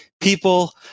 people